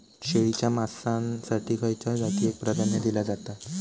शेळीच्या मांसाएसाठी खयच्या जातीएक प्राधान्य दिला जाता?